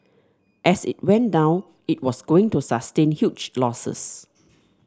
as it went down it was going to sustain huge losses